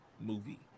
movie